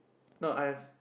no I have